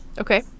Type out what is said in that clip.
okay